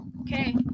okay